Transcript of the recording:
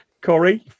Corey